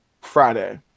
Friday